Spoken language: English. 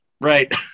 Right